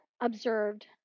observed